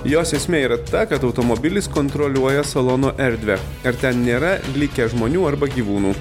jos esmė yra ta kad automobilis kontroliuoja salono erdvę ar ten nėra likę žmonių arba gyvūnų